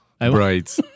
Right